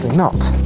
not.